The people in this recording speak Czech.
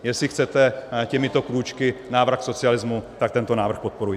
Jestli chcete těmito krůčky návrat k socialismu, tak tento návrh podporujte!